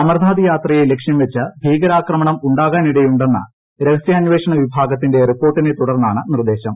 അമർനാഥ് യാത്രയെ ലക്ഷൃം വച്ച് ഭീകരാക്രമണം ഉണ്ടാകാൻ ഇടയുണ്ടെന്ന രഹസ്യാമ്പേഷണ വിഭാഗത്തിന്റെ റിപ്പോർട്ടിനെ തുടർന്നാണ് നിർദ്ദേശം